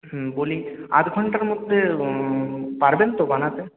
হুম বলি আধ ঘন্টার মধ্যে পারবেন তো বানাতে